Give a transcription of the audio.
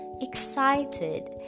excited